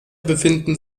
befinden